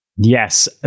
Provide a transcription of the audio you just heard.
Yes